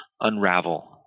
unravel